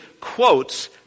quotes